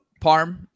Parm